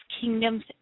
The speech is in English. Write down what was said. kingdoms